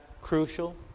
crucial